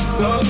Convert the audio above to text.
go